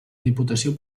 diputació